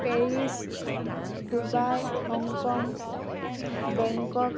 Paris Dubai Hong Kong Bangkok